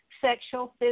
sexual